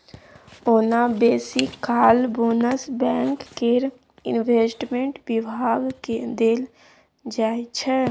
ओना बेसी काल बोनस बैंक केर इंवेस्टमेंट बिभाग केँ देल जाइ छै